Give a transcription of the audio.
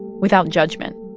without judgment.